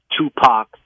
Tupac